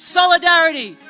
solidarity